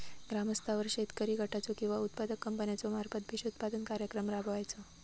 ग्रामस्तरावर शेतकरी गटाचो किंवा उत्पादक कंपन्याचो मार्फत बिजोत्पादन कार्यक्रम राबायचो?